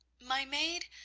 my maid,